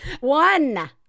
One